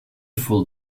fool